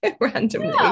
randomly